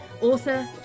author